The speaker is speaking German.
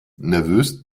nervös